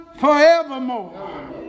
forevermore